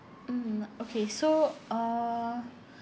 mm okay so uh